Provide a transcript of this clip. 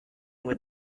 would